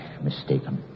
mistaken